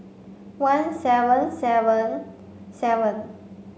one seven seven seven